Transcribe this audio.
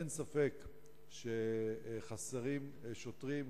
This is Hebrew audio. אין ספק שחסרים שוטרים,